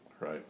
right